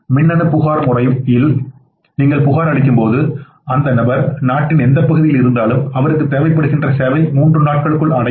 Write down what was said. மின்னணு புகார்கள் முறைமையில் நீங்கள் புகார் அளிக்கும்போது அந்த நபர் நாட்டின் எந்தப் பகுதயில் இருந்தாலும் அவருக்கு தேவைப்படுகின்ற சேவை மூன்று நாட்களுக்குள் அடையும்